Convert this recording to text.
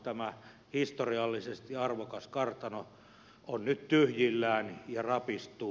tämä historiallisesti arvokas kartano on nyt tyhjillään ja rapistuu